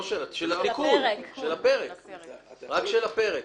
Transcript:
רק של הפרק.